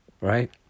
right